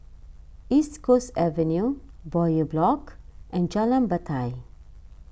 East Coast Avenue Bowyer Block and Jalan Batai